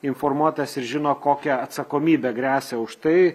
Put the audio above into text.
informuotas ir žino kokia atsakomybė gresia už tai